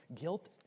guilt